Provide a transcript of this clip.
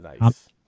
nice